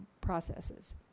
processes